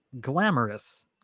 glamorous